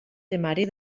temari